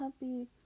happy